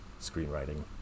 screenwriting